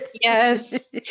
Yes